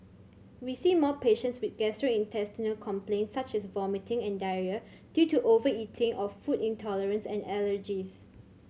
we see more patients with gastrointestinal complaints such as vomiting and diarrhoea due to overeating or food intolerance and allergies